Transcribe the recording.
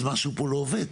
אז משהו פה לא עובד,